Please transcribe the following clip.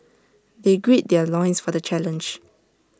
they gird their loins for the challenge